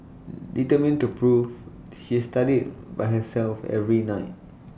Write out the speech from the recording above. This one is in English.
determined to improve she studied by herself every night